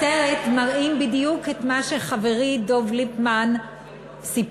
בסרט מראים בדיוק את מה שחברי דב ליפמן סיפר.